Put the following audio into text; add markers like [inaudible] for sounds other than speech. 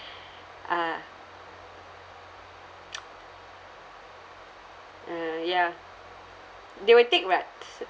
uh [noise] uh ya they will take [what]